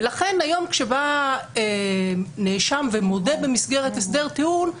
ולכן היום כשבא נאשם ומודה במסגרת הסדר טיעון,